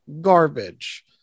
garbage